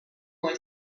boy